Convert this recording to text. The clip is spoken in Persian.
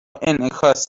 انعکاس